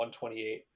128